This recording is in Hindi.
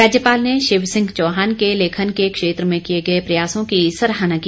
राज्यपाल ने शिव सिंह चौहान के लेखन के क्षेत्र में किए गए प्रयासों की सराहना की